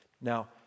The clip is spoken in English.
Now